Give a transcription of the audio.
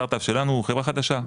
שהסטארט אפ שלנו היא חברה חדשה,